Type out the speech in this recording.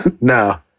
no